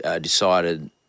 decided